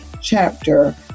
chapter